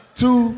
two